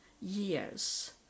years